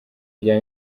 rya